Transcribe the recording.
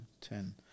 Ten